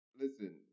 Listen